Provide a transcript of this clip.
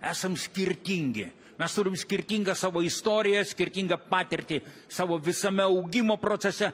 esam skirtingi mes turim skirtingą savo istoriją skirtingą patirtį savo visame augimo procese